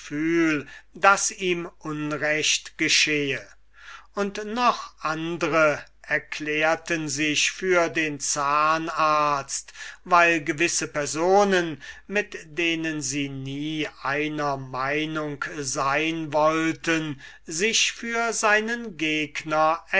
daß ihm unrecht geschehe und noch andre erklärten sich für den zahnarzt weil gewisse personen mit denen sie nie einer meinung sein wollten sich für seinen gegner